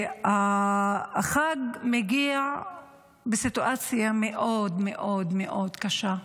כשהחג מגיע בסיטואציה מאוד מאוד מאוד קשה,